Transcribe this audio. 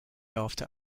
after